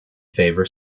favour